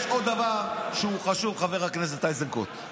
יש עוד דבר שהוא חשוב, חבר הכנסת איזנקוט.